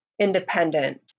independent